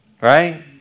right